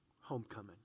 homecoming